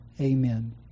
amen